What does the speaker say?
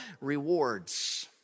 rewards